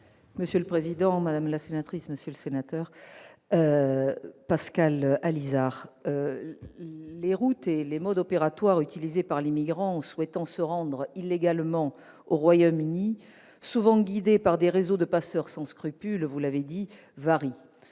d'État auprès de la ministre des armées. Monsieur Allizard, les routes et les modes opératoires utilisés par les migrants souhaitant se rendre illégalement au Royaume-Uni, souvent guidés par des réseaux de passeurs sans scrupule, vous l'avez dit, varient.